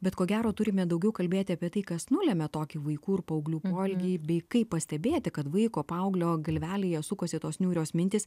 bet ko gero turime daugiau kalbėti apie tai kas nulemia tokį vaikų ir paauglių poelgį bei kaip pastebėti kad vaiko paauglio galvelėje sukasi tos niūrios mintys